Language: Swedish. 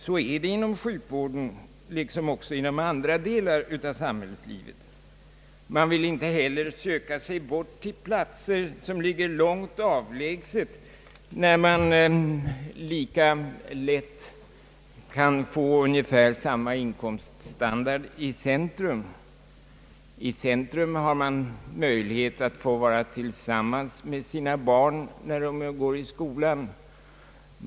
Så är det inom sjukvården liksom inom andra delar av samhällslivet. Man vill inte heller söka sig bort till platser som ligger långt avlägset när man lika lätt kan få ungefär samma in komststandard i centrum. Där har man möjlighet att få vara tillsammans med sina barn som går i skolan.